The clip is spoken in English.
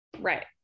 right